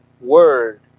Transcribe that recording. word